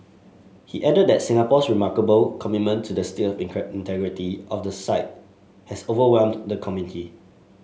he added that Singapore's remarkable commitment to the state of integrity of the site has overwhelmed the committee